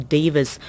Davis